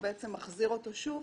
הוא בעצם מחזיר אותו שוב